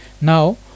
now